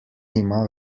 ima